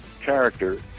character